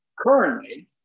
Currently